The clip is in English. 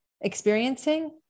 experiencing